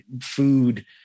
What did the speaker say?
food